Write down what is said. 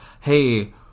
hey